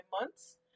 months